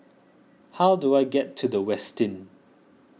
how do I get to the Westin